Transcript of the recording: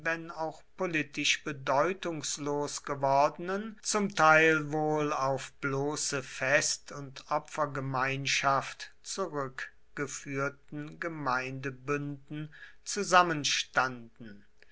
wenn auch politisch bedeutungslos gewordenen zum teil wohl auf bloße fest und opfergemeinschaft zurückgeführten gemeindebünden zusammenstanden